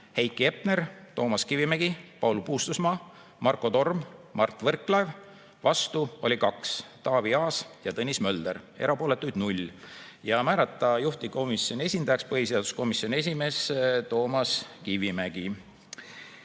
Heiki Hepner, Toomas Kivimägi, Paul Puustusmaa, Marko Torm ja Mart Võrklaev; vastu oli 2: Taavi Aas ja Tõnis Mölder; erapooletuid oli 0. [Kolmandaks,] määrata juhtivkomisjoni esindajaks põhiseaduskomisjoni esimees Toomas Kivimägi.